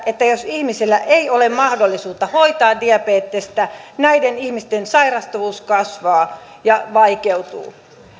että jos ihmisillä ei ole mahdollisuutta hoitaa diabetesta näiden ihmisten sairastavuus kasvaa ja vaikeutuu